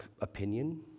opinion